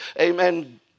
amen